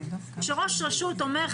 כשראש רשות אומר,